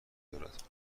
دارد